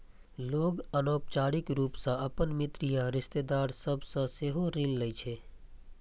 लोग अनौपचारिक रूप सं अपन मित्र या रिश्तेदार सभ सं सेहो ऋण लै छै